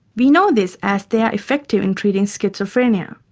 we know this as they are effective in treating schizophrenia.